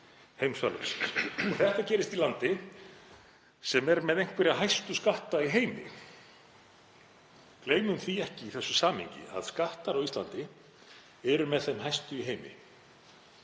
heimsfaraldurs. Þetta gerist í landi sem er með einhverja hæstu skatta í heimi. Gleymum því ekki í þessu samhengi að skattar á Íslandi eru með þeim hæstu í heimi